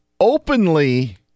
openly